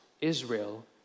Israel